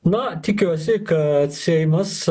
na tikiuosi kad seimas